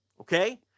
Okay